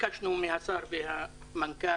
ביקשנו מהשר ומהמנכ"ל,